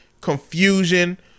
confusion